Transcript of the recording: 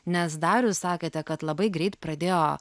nes darius sakėte kad labai greit pradėjo